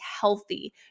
healthy